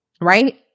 right